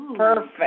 Perfect